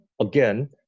again